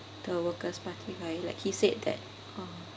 the workers party guy like he said that uh